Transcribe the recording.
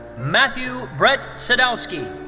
matthew brett sadowski.